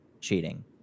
cheating